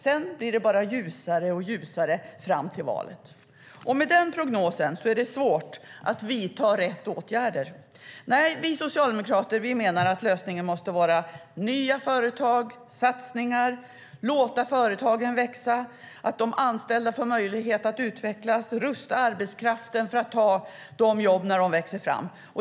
Sedan blir det bara ljusare och ljusare fram till valet. Med den prognosen är det svårt att vidta rätt åtgärder. Vi socialdemokrater menar att lösningen måste vara nya företag och satsningar. Företagen måste få växa, och de anställda måste få möjlighet att utvecklas. Vi ska rusta arbetskraften till att kunna ta de jobb som växer fram.